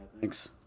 thanks